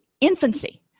infancy